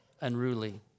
unruly